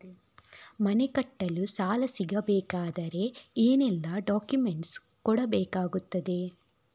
ಮನೆ ಕಟ್ಟಲು ಸಾಲ ಸಿಗಬೇಕಾದರೆ ಏನೆಲ್ಲಾ ಡಾಕ್ಯುಮೆಂಟ್ಸ್ ಕೊಡಬೇಕಾಗುತ್ತದೆ?